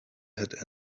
had